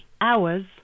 hours